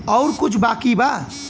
और कुछ बाकी बा?